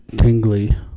tingly